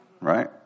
right